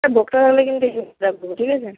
তা ভোক্তা থাকলে কিন্তু ঠিক আছে